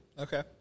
Okay